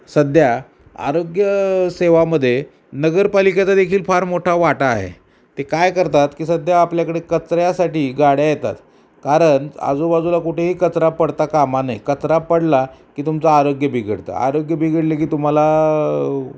सध्या आरोग्यसेवामध्ये नगरपालिकेचा देखील फार मोठा वाटा आहे ते काय करतात की सध्या आपल्याकडे कचऱ्यासाठी गाड्या येतात कारण आजूबाजूला कुठेही कचरा पडता कामा नये कचरा पडला की तुमचं आरोग्य बिघडतं आरोग्य बिघडले की तुम्हाला